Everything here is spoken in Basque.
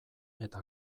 eta